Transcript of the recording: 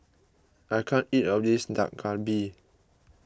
I can't eat all of this Dak Galbi